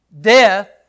death